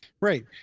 Right